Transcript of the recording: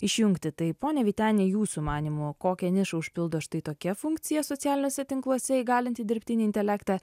išjungti tai pone vyteni jūsų manymu kokią nišą užpildo štai tokia funkcija socialiniuose tinkluose įgalinti dirbtinį intelektą